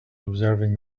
observing